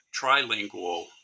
trilingual